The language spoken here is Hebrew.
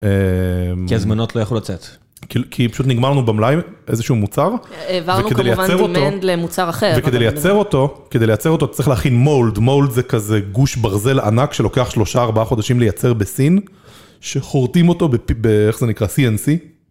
כי הזמנות לא יכלו לצאת, כי פשוט נגמר לנו במלאי איזשהו מוצר, וכדי לייצר אותו, כדי לייצר אותו צריך להכין מולד, מולד זה כזה גוש ברזל ענק שלוקח 3-4 חודשים לייצר בסין, שחורטים אותו באיך זה נקרא CNC.